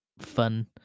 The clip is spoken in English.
fun